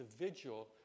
individual